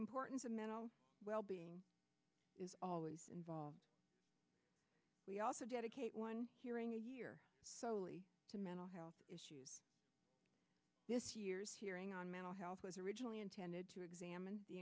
importance of mental well being is always involved we also dedicate one year solely to mental health issues this year's hearing on mental health was originally intended to examine the